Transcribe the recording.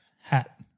Hat